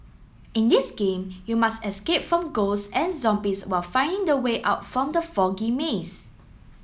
in this game you must escape from ghosts and zombies while finding the way out from the foggy maze